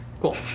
Cool